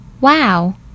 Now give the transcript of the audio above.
Wow